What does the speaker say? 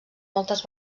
moltes